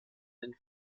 den